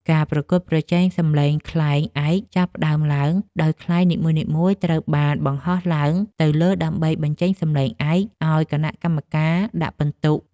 ការប្រកួតប្រជែងសំឡេងខ្លែងឯកចាប់ផ្ដើមឡើង ដោយខ្លែងនីមួយៗត្រូវបានបង្ហោះឡើងទៅលើដើម្បីបញ្ចេញសំឡេងឯក ឱ្យគណៈកម្មការដាក់ពិន្ទុ។